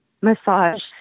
massage